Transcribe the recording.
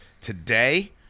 today